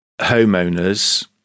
homeowners